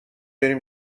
بریم